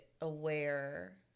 aware